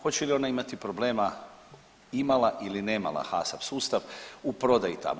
Hoće li ona imati problema, imala ili nemala HASAP sustav u prodaji tamo?